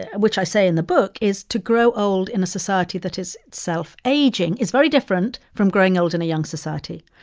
and which i say in the book, is to grow old in a society that is itself aging is very different from growing old in a young society.